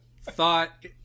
thought